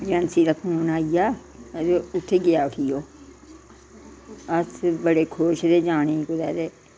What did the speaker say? agency दा phone आई गेआ अदे उत्थें गेआ उठी ओह् अस बड़े खुश दे जाने कुतै ते